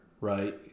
right